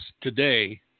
today